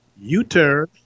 U-turn